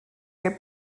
are